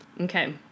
Okay